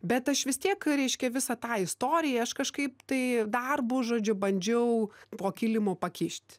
bet aš vis tiek reiškia visą tą istoriją aš kažkaip tai darbu žodžiu bandžiau po kilimu pakišt